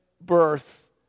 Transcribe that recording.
birth